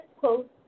post